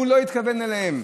הוא לא התכוון אליהם.